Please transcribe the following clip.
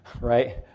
right